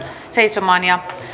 seisomaan